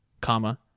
comma